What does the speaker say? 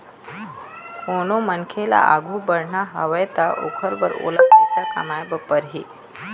कोनो मनखे ल आघु बढ़ना हवय त ओखर बर ओला पइसा कमाए बर परही